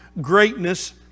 greatness